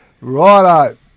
Righto